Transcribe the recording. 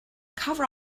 cover